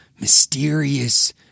Mysterious